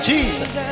Jesus